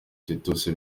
titus